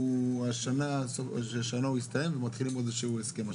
שהשנה הוא מסתיים ומתחילים עוד הסכם.